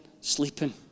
sleeping